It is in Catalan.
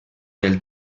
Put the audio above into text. del